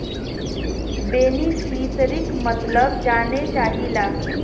बेनिफिसरीक मतलब जाने चाहीला?